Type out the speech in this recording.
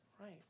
Right